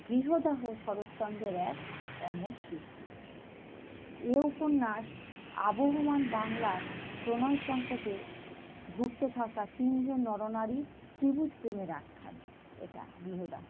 গৃহদাহ শরৎচন্দ্রের এক অমর সৃষ্টি এ উপন্যাস আবহমান বাংলার প্রণয় সংকটে ভুগতে থাকা তিন জন নরনারীর ত্রিভুজ প্রেমের আখ্যান এটা গৃহদাহ